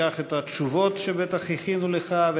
קח את התשובות שבטח הכינו לך,